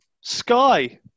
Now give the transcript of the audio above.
Sky